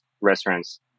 restaurants